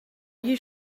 you